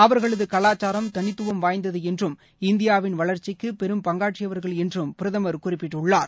அவர்களது கலாச்சாரம் தனித்துவம் வாய்ந்தது என்றும் இந்தியாவின் வளர்ச்சிக்கு பெரும் பங்காற்றியவர்கள் என்றும் பிரதமர் குறிப்பிட்டுள்ளார்